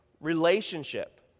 relationship